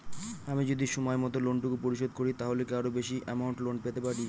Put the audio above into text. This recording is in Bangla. আমি যদি সময় মত লোন টুকু পরিশোধ করি তাহলে কি আরো বেশি আমৌন্ট লোন পেতে পাড়ি?